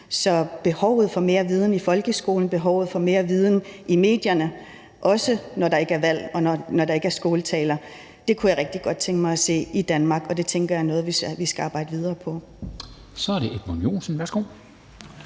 Så behovet for mere viden i folkeskolen, behovet for mere viden i medierne, også når der ikke er et valg, og når der ikke er skåltaler, kunne jeg rigtig godt tænke mig at se taget op i Danmark, og det tænker jeg er noget, vi skal arbejde videre på. Kl. 13:07 Formanden